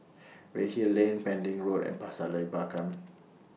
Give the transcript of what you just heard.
Redhill Lane Pending Road and Pasir Laba Camp